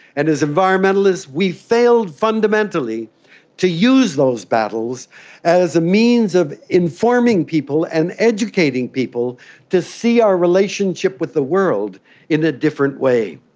and as environmentalists we failed fundamentally to use those battles as a means of informing people and educating people to see our relationship with the world in a different way.